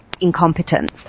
incompetence